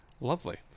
lovely